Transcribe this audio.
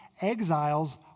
exiles